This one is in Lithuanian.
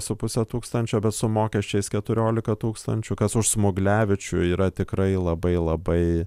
su puse tūkstančio bet su mokesčiais keturiolika tūkstančių kas už smuglevičių yra tikrai labai labai